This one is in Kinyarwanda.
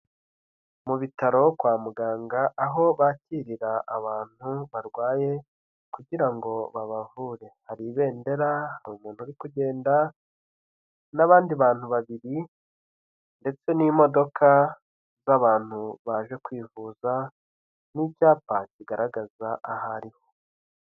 Mu bitaro kwa muganga aho bakirira abantu barwaye kugira ngo babavure, hari ibendera, hari umuntu uri kugenda n'abandi bantu babiri ndetse n'imodoka z'abantu baje kwivuza, n'icyapa kigaragaza aho ariho.